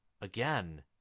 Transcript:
again